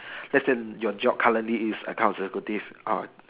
that's in your job currently is account executive ah